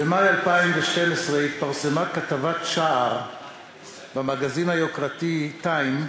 במאי 2012 התפרסמה כתבת שער במגזין היוקרתי "TIME"